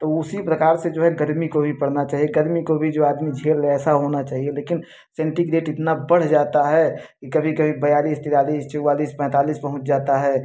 तो वो उसी प्रकार से जो है गर्मी को भी पड़ना चाहिए गर्मी को भी जो आदमी झेल ले ऐसा होना चाहिए लेकिन सेन्टीग्रेट इतना बढ़ जाता है कि कभी कभी बयालीस तिरालीस चौवालीस पैंतालीस पहुँच जाता है